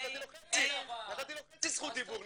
נתתי לו חצי זכות דיבור,